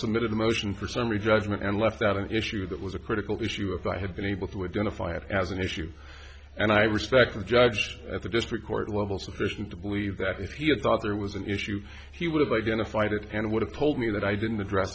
submitted a motion for summary judgment and left out an issue that was a critical issue if i had been able to identify it as an issue and i respect and judge at the district court level sufficient to believe that if he had thought there was an issue he would have identified it kind of would have told me that i didn't address